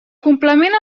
complement